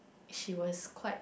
she was quite